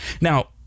Now